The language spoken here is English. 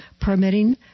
permitting